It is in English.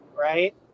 right